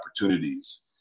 opportunities